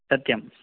सत्यं